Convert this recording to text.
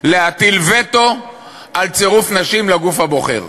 להטיל וטו על צירוף נשים לגוף הבוחר,